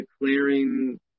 declaring